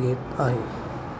घेत आहे